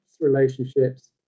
relationships